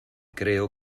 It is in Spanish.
creo